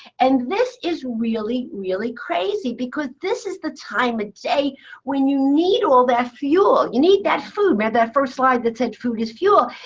and this is really, really crazy because this is the time of day when you need all that fuel. you need that food. remember that first slide that said food is fuel.